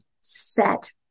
set